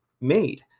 made